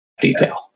detail